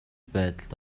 байдалд